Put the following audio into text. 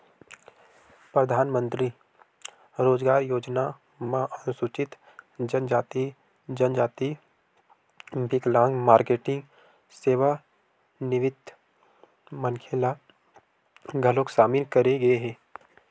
परधानमंतरी रोजगार योजना म अनुसूचित जनजाति, जनजाति, बिकलांग, मारकेटिंग, सेवानिवृत्त मनखे ल घलोक सामिल करे गे हे